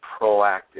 proactive